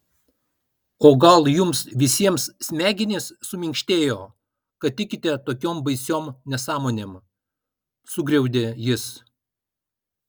o gal jums visiems smegenys suminkštėjo kad tikite tokiom baisiom nesąmonėm sugriaudė jis